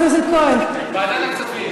ועדת הכספים.